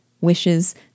Wishes